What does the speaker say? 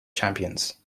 champions